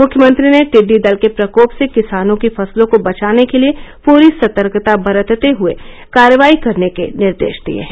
मुख्यमंत्री ने टिड्डी दल के प्रकोप से किसानों की फसलों को बचाने के लिए पूरी सतर्कता बरतते हुए कार्रवाई करने के निर्देश दिए हैं